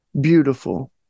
Beautiful